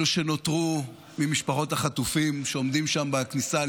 אלו שנותרו ממשפחות החטופים שעומדים שם בכניסה,